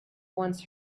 once